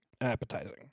appetizing